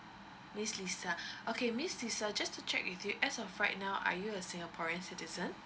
miss lisa okay miss lisa just to check with you as of right now are you a singaporean citizen